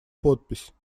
подпись